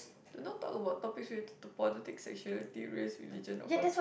do not talk about topics related to politics sexuality race religion or contr~